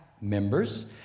members